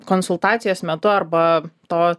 konsultacijos metu arba to